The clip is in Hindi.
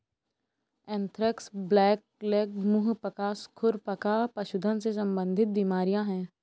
एंथ्रेक्स, ब्लैकलेग, मुंह पका, खुर पका पशुधन से संबंधित बीमारियां हैं